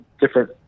different